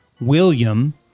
william